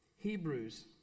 Hebrews